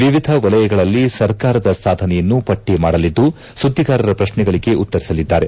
ವಿವಿಧ ವಲಯಗಳಲ್ಲಿ ಸರ್ಕಾರದ ಸಾಧನೆಯನ್ನು ಪಟ್ಟಿ ಮಾಡಲಿದ್ದು ಸುದ್ಗಿಗಾರರ ಪ್ರಶ್ನೆಗಳಿಗೆ ಉತ್ತರಿಸಲಿದ್ದಾರೆ